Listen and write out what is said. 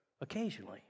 occasionally